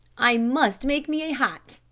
i must make me a hat,